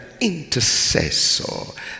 intercessor